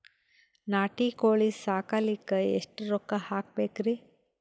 ನಾಟಿ ಕೋಳೀ ಸಾಕಲಿಕ್ಕಿ ಎಷ್ಟ ರೊಕ್ಕ ಹಾಕಬೇಕ್ರಿ?